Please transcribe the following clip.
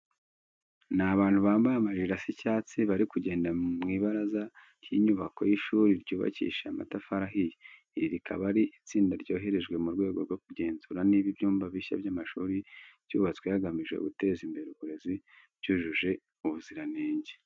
Ni abantu bambaye amajire asa icyatsi, bari kugenda mu ibaraza ry'inyubako y'ishuri ryubakishije amatafari ahiye. Iri rikaba ari itsinda ryoherejwe mu rwego rwo kugenzura niba ibyumba bishya by'amashuri byubatswe hagamijwe guteza imbere uburezi byujuje ubuziranenge.